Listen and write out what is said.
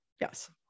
Yes